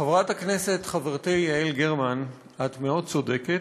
חברת הכנסת חברתי יעל גרמן, את מאוד צודקת,